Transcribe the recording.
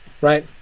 right